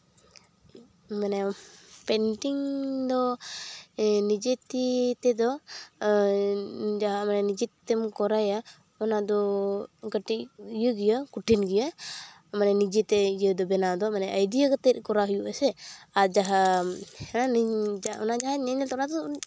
ᱢᱟᱱᱮ ᱯᱮᱱᱴᱤᱝ ᱫᱚ ᱱᱤᱡᱮ ᱛᱤ ᱛᱮᱫᱚ ᱡᱟᱦᱟᱸ ᱢᱟᱱᱮ ᱱᱤᱡᱮ ᱛᱮᱢ ᱠᱚᱨᱟᱭᱟ ᱚᱱᱟ ᱫᱚ ᱠᱟᱹᱴᱤᱡ ᱤᱭᱟᱹ ᱜᱮᱭᱟ ᱠᱚᱴᱷᱤᱱ ᱜᱮᱭᱟ ᱢᱟᱱᱮ ᱱᱤᱡᱮᱛᱮ ᱤᱭᱟᱹ ᱫᱚ ᱵᱮᱱᱟᱣ ᱫᱚ ᱢᱟᱱᱮ ᱟᱭᱰᱤᱭᱟ ᱠᱟᱛᱮ ᱠᱚᱨᱟᱣ ᱦᱩᱭᱩᱜᱼᱟ ᱥᱮ ᱟᱨ ᱡᱟᱦᱟᱸ ᱦᱟ ᱱᱤ ᱚᱱᱟ ᱡᱟᱦᱟᱸ ᱧᱮᱞ ᱧᱮᱞ ᱛᱮ ᱚᱱᱟ ᱫᱚ